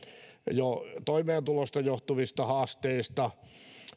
jo toimeentulosta johtuvista haasteista